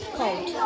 cold